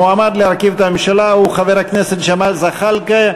המועמד להרכיב את הממשלה הוא חבר הכנסת ג'מאל זחאלקה.